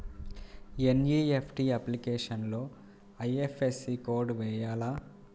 NEFT అప్లికేషన్లో IFSC code వేయాలా?